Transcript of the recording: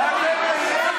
לאן הבית הזה הידרדר?